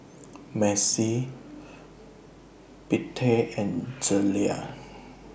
Macy Bettye and Zelia